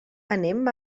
anem